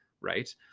Right